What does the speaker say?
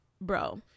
bro